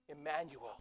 Emmanuel